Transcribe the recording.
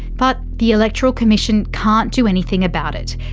but the electoral commission can't do anything about it.